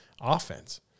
offense